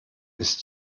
ist